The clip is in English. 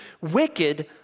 wicked